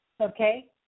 okay